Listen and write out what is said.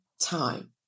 time